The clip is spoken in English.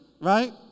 right